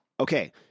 Okay